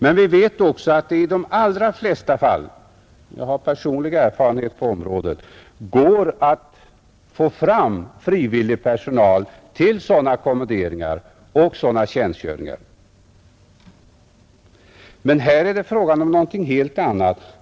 Men vi vet också att det i de allra flesta fall — jag har personlig erfarenhet på området — går att få fram frivillig personal till sådana kommenderingar och sådana tjänstgöringar, längre eller kortare. Här är det emellertid fråga om något helt annat.